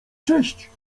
cześć